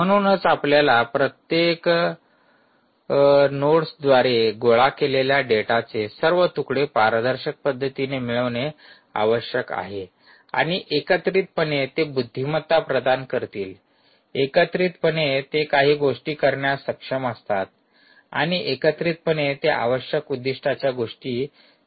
म्हणूनच आपल्याला या प्रत्येक नोडद्वारे गोळा केलेल्या डेटाचे सर्व तुकडे पारदर्शक पद्धतीने मिळवणे आवश्यक आहे आणि एकत्रितपणे ते बुद्धिमत्ता प्रदान करतील एकत्रितपणे ते काही गोष्टी करण्यास सक्षम असतात आणि एकत्रितपणे ते आवश्यक उद्दीष्टाच्या गोष्टी साध्य करण्यास सक्षम होतात